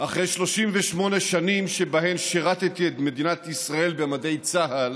אחרי 38 שנים שבהן שירתי את מדינת ישראל במדי צה"ל,